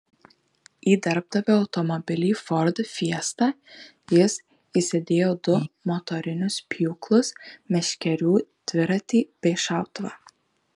į darbdavio automobilį ford fiesta jis įsidėjo du motorinius pjūklus meškerių dviratį bei šautuvą